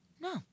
no